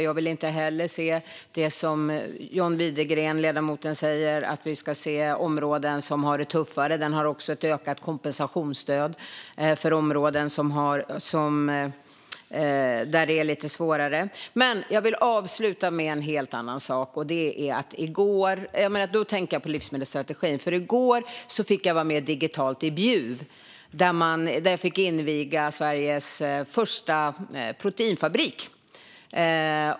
Jag vill inte heller se det som ledamoten John Widegren talar om när det gäller områden som har det tuffare. Det här innehåller också ett ökat kompensationsstöd för områden där det är lite svårare. Jag vill avsluta med en helt annan sak, och då tänker jag på livsmedelsstrategin. I går fick jag vara med digitalt i Bjuv, där jag fick inviga Sveriges första proteinfabrik.